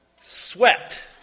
sweat